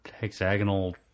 Hexagonal